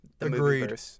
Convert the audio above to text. agreed